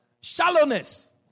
Shallowness